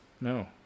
No